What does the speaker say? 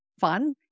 fun